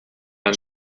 han